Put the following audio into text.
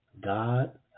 God